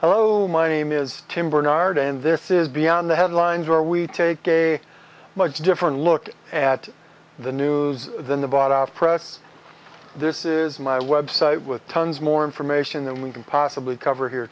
hello my name is tim bernard and this is beyond the headlines where we take a much different look at the news than the bought out press this is my website with tons more information than we can possibly cover here